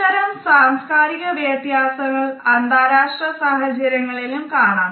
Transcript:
ഇത്തരം സാംസ്കാരിക വ്യത്യാസങ്ങൾ അന്താരാഷ്ട്ര സാഹചര്യങ്ങളിലും കാണാം